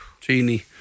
Genie